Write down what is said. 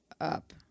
up